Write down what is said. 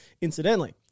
incidentally